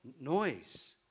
noise